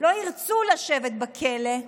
לא ירצו לשבת בכלא,